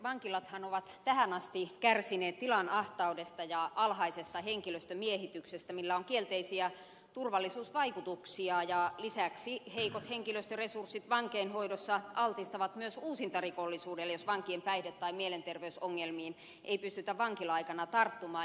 vankilathan ovat tähän asti kärsineet tilan ahtaudesta ja alhaisesta henkilöstömiehityksestä millä on kielteisiä turvallisuusvaikutuksia ja lisäksi heikot henkilöstöresurssit vankeinhoidossa altistavat myös uusintarikollisuudelle jos vankien päihde tai mielenterveysongelmiin ei pystytä vankila aikana tarttumaan